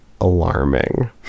alarming